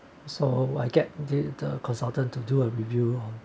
so I get the the consultant to do a review on